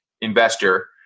investor